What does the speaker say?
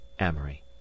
amory